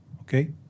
Okay